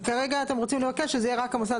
וכרגע אתם רוצים לבקש שזה יהיה רק המוסד